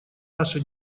наши